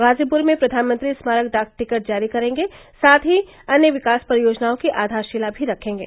गाजीपुर में प्रधानमंत्री स्मारक डाक टिकट जारी करेंगे साथ अन्य विकास परियोजनाओं की आधारशिला भी रखेंगे